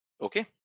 okay